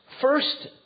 first